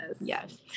Yes